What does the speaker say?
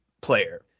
player